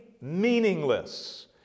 meaningless